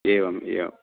एवम् एवं